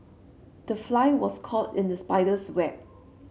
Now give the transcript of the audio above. the fly was caught in the spider's web